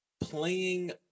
Playing